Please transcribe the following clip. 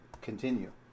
continue